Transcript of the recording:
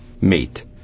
meet